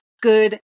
good